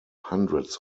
hundreds